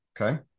Okay